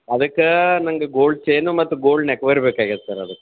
ಅದಕ್ಕೆ ನಂಗೆ gold chain ಮತ್ತು ಗೋಲ್ಡ್ ನೆಕ್ವೇರ್ ಬೇಕಾಗ್ಯೆದ ಸರ್ ಅದಕ್ಕೆ